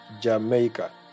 Jamaica